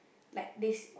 like this